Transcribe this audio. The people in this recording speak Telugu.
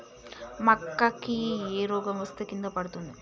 మక్కా కి ఏ రోగం వస్తే కింద పడుతుంది?